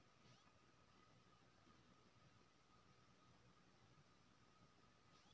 कर चोरी करनिहार सभ एहिना कर टालैत रहैत छै